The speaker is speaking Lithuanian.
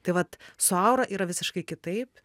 tai vat su aura yra visiškai kitaip